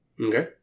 Okay